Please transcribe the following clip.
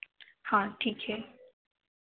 हाँ ठीक है